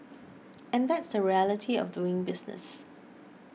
and that's the reality of doing business